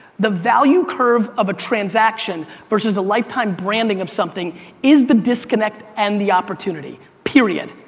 the value curve of a transaction versus the lifetime branding of something is the disconnect and the opportunity. period.